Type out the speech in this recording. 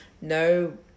no